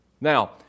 Now